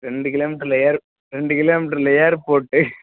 ரெண்டு கிலோ மீட்ரில் ஏர் ரெண்டு கிலோ மீட்ரில் ஏர்போட்டு